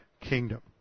kingdom